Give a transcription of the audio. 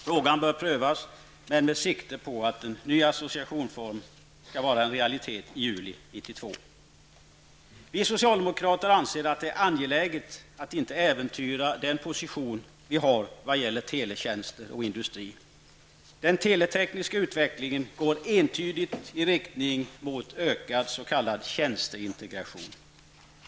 Frågan bör prövas men med sikte på att ny associationsform skall vara en realitet den Vi socialdemokrater anser att det är angeläget att inte äventyra den position som vi har vad gäller teletjänster och industri. Den teletekniska utvecklingen går entydigt i riktning mot ökad s.k. tjänsteintegration.